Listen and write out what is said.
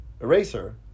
Eraser